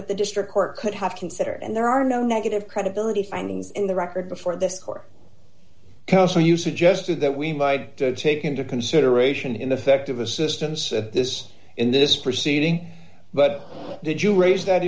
that the district court could have consider and there are no negative credibility findings in the record before this court counsel you suggested that we my to take into consideration in effect of assistance at this in this proceeding but did you raise that